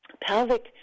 pelvic